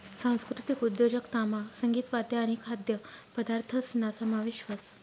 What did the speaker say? सांस्कृतिक उद्योजकतामा संगीत, वाद्य आणि खाद्यपदार्थसना समावेश व्हस